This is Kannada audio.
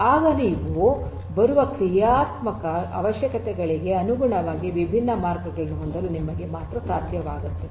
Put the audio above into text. ಆಗ ನೀವು ಬರುವ ಕ್ರಿಯಾತ್ಮಕ ಅವಶ್ಯಕತೆಗಳಿಗೆ ಅನುಗುಣವಾಗಿ ವಿಭಿನ್ನ ಮಾರ್ಗಗಳನ್ನು ಹೊಂದಲು ನಿಮಗೆ ಮಾತ್ರ ಸಾಧ್ಯವಾಗುತ್ತದೆ